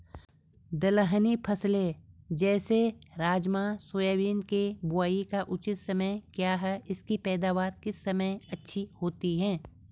दलहनी फसलें जैसे राजमा सोयाबीन के बुआई का उचित समय क्या है इसकी पैदावार किस समय अच्छी होती है?